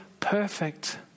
perfect